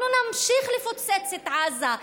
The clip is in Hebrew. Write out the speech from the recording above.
אנחנו נמשיך לפוצץ את עזה.